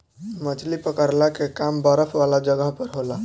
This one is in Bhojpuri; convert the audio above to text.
मछली पकड़ला के काम बरफ वाला जगह पर होला